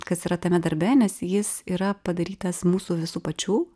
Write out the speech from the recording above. kas yra tame darbe nes jis yra padarytas mūsų visų pačių